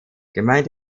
gemeint